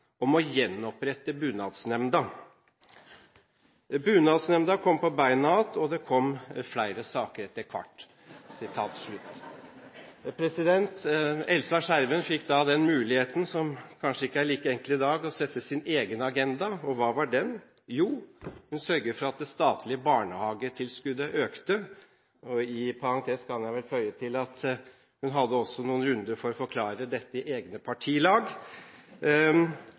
om å gjenopprette Bunadsnemnda. Bunadsnemnda kom på beina att, og det kom fleire saker etter kvart.» Elsa Skjerven fikk da den muligheten som kanskje ikke er like enkel i dag, å sette sin egen agenda, og hva var den? Jo, hun sørget for at det statlige barnehagetilskuddet økte – og i parentes kan jeg vel føye til at hun hadde også noen runder for å forklare dette i eget partilag